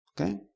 Okay